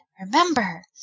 remember